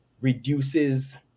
reduces